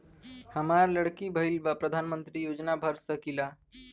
हमार लड़की भईल बा प्रधानमंत्री योजना भर सकीला?